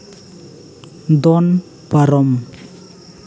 ᱫᱚᱱ ᱯᱟᱨᱚᱢ